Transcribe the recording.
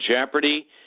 jeopardy